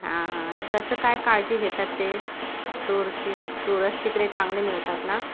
हां हां आणि कसं काय काळजी घेतात ते टूरची टूरस तिकडे चांगले मिळतात ना